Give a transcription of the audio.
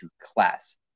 Class